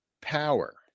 power